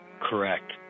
Correct